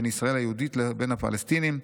בין ישראל היהודית לבין הפלסטינים,